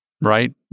Right